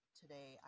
today